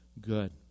good